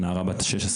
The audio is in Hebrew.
או נערה בת 16,